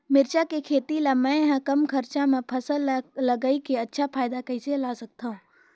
मिरचा के खेती ला मै ह कम खरचा मा फसल ला लगई के अच्छा फायदा कइसे ला सकथव?